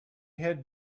had